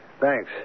Thanks